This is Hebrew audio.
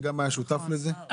שגם היה שותף לזה.